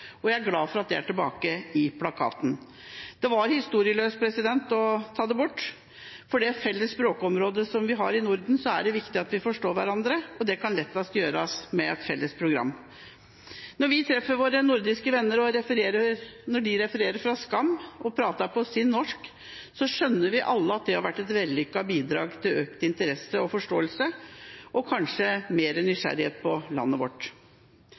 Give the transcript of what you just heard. og jeg er glad for at det er tilbake på plakaten. Det var historieløst å ta det bort, for vi har et felles språkområde i Norden, der det er viktig at vi forstår hverandre, og det kan lettest gjøres gjennom felles programmer. Når vi treffer våre nordiske venner og de refererer fra Skam og prater på sin norsk, skjønner vi alle at det har vært et vellykket bidrag til økt interesse og forståelse og kanskje mer nysgjerrighet på landet vårt.